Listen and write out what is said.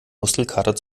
muskelkater